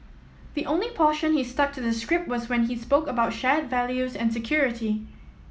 the only portion he stuck to the script was when he spoke about shared values and security